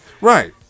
Right